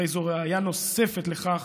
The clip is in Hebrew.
הרי זו ראיה נוספת לכך,